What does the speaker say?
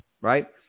right